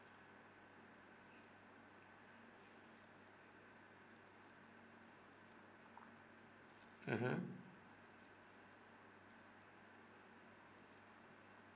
mmhmm